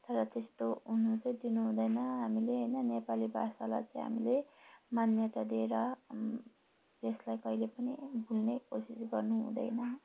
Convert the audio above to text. तर त्यस्तो हुनु चाहिँ दिनुहुँदैन हामीले होइन नेपाली भाषालाई चाहिँ हामीले मान्यता दिएर यसलाई कहिले पनि भुल्ने कोसिस गर्नुहुँदैन